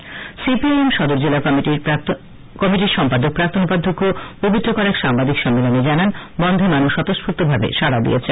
এদিকে সিপিআইএম সদর জেলা কমিটির সম্পাদক প্রাক্তন উপাধ্যক্ষ পবিত্র কর এক সাংবাদিক সম্মেলনে জানান বনধে মানুষ স্বতস্ফুর্তভাবে সাড়া দিয়েছেন